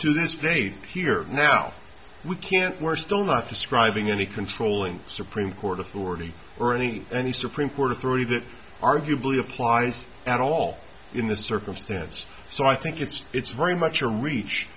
do this day here now we can't we're still not describing any controlling supreme court authority or any any supreme court authority that arguably applies at all in this circumstance so i think it's it's very much a reach